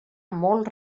molt